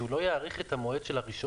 שהוא לא יאריך את המועד של ה-1.10,